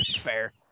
Fair